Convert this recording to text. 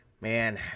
Man